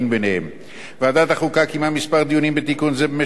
ועדת החוקה קיימה כמה דיונים בתיקון זה במשך כמעט שנתיים.